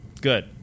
good